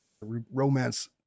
romance